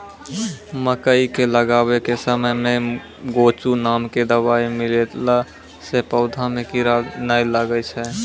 मकई के लगाबै के समय मे गोचु नाम के दवाई मिलैला से पौधा मे कीड़ा नैय लागै छै?